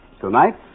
Tonight